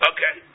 Okay